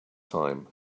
time